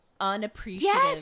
unappreciative